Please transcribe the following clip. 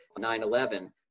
9-11